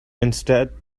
instead